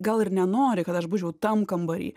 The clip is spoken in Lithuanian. gal ir nenori kad aš būčiau tam kambary